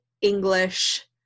English